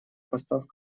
поставь